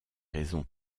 raisons